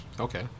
okay